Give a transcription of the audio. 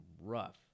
rough